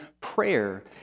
prayer